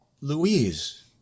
Louise